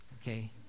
Okay